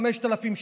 חמש דקות.